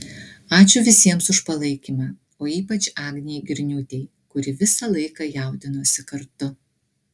ačiū visiems už palaikymą o ypač agnei girniūtei kuri visą laiką jaudinosi kartu